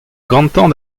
gantañ